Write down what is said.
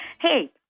Hey